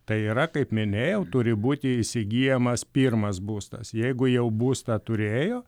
tai yra kaip minėjau turi būti įsigyjamas pirmas būstas jeigu jau būstą turėjo